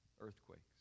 earthquakes